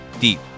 Deep